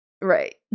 Right